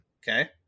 Okay